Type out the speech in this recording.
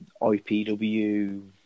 IPW